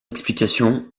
explication